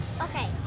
Okay